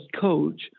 coach